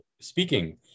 speaking